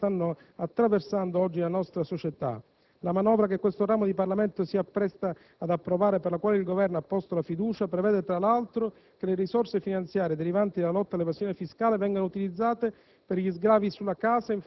proprio quelle correnti calde che stanno attraversando oggi la nostra società. La manovra che questo ramo del Parlamento si appresta ad approvare e sulla quale il Governo ha posto la fiducia prevede, tra l'altro, che le risorse finanziarie derivanti dalla lotta all'evasione fiscale vengano utilizzate